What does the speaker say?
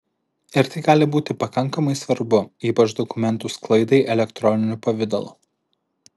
ir tai gali būti pakankamai svarbu ypač dokumentų sklaidai elektroniniu pavidalu